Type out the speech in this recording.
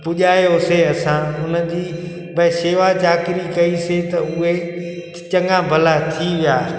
पुॼायोसे असां उन जी भाई सेवा चाकरी कईसीं त उहे चङा भला थी विया